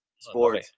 sport